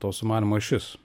to sumanymo ašis